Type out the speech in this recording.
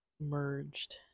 merged